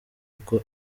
uko